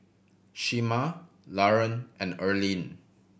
Shemar Laron and Erlene